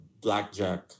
blackjack